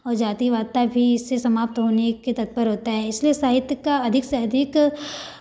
और जातिवादिता भी इससे समाप्त होने के तत्पर होता है इसलिए साहित्य का अधिक से अधिक